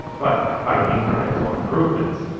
but by incremental improvements.